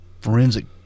forensic